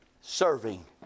Serving